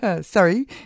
Sorry